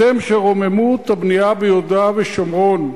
אתם, שרוממות הבנייה ביהודה ושומרון בפיכם,